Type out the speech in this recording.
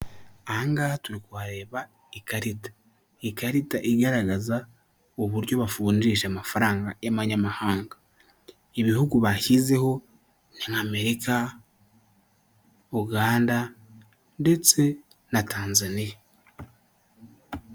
Aha ngaha turi kuhareba ikarita. Ikarita igaragaza uburyo bavunjisha amafaranga y'amanyamahanga. Ibihugu bashyizeho ni nka Amerika, Uganda, ndetse na Tanzaniya.